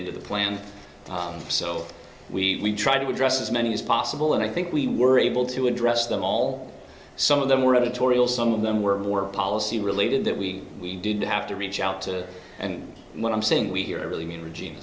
into the plan so we try to address as many as possible and i think we were able to address them all some of them were editorial some of them were more policy related that we we didn't have to reach out to and what i'm saying we here really mean regi